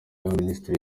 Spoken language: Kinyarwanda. y’abaminisitiri